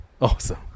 Awesome